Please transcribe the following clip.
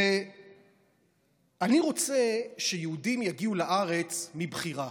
אני רוצה שיהודים יגיעו לארץ מבחירה.